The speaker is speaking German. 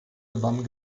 gewann